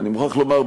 אני מוכרח לומר,